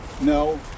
No